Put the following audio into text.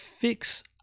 fix